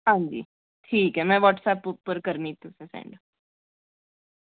हां जी ठीक ऐ में व्हाट्सएप उप्पर करनी तुसेंगी सेंड